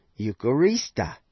Eucharista